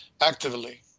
actively